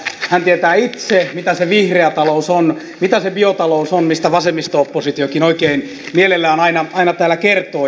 hän tietää itse mitä se vihreä talous on mitä se biotalous on mistä vasemmisto oppositiokin oikein mielellään täällä aina kertoo